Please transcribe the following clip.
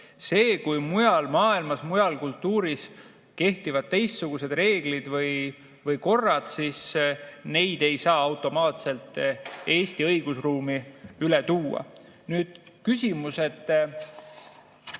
See, kui mujal maailmas, mujal kultuuris kehtivad teistsugused reeglid või korrad, siis neid ei saa automaatselt Eesti õigusruumi üle tuua. Nüüd küsimus,